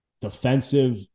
defensive